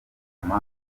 ndumva